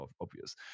obvious